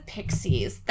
Pixies